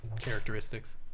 characteristics